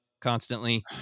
constantly